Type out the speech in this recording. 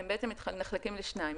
בעצם נחלקים לשניים.